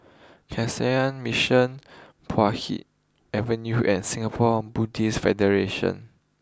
Canossian Mission Puay Hee Avenue and Singapore Buddhist Federation